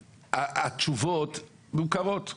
התשובות מוכרות לכולנו.